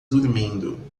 dormindo